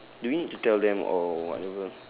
do we need to tell them or whatever